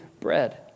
bread